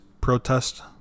protest